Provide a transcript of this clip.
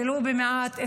ולו במעט,